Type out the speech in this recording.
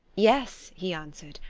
yes, he answered.